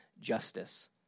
justice